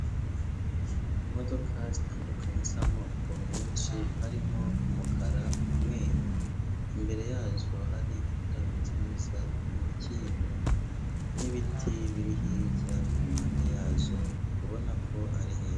Imodoka zitandukanye z'amoko menshi, harimo umukara, umweru, imbere yazo hari indabo nziza, imikindo n'ibiti biri hirya impande yazo ubona ko ari heza.